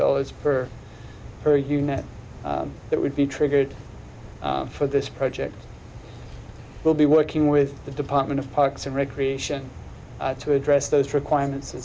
dollars per per unit that would be triggered for this project we'll be working with the department of parks and recreation to address those requirements